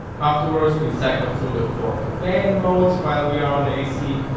afterwards we cycle through the four fan modes, while we are on a c,